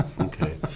Okay